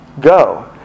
Go